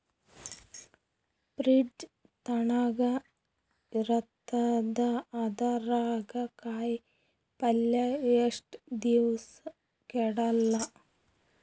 Fridge ತಣಗ ಇರತದ, ಅದರಾಗ ಕಾಯಿಪಲ್ಯ ಎಷ್ಟ ದಿವ್ಸ ಕೆಡಲ್ಲ?